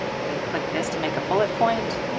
can click this to make a bullet point.